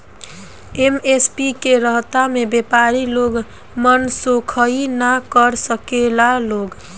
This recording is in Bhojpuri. एम.एस.पी के रहता में व्यपारी लोग मनसोखइ ना कर सकेला लोग